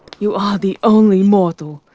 you are the only mortal,